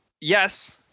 yes